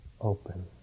open